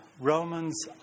Romans